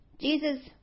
Jesus